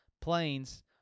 planes